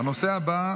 הנושא הבא,